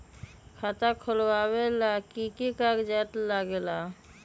खाता खोलेला कि कि कागज़ात लगेला?